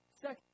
Second